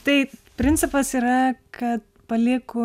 tai principas yra kad palieku